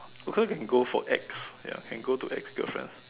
or can go for ex ya can go to ex girlfriend